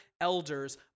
elders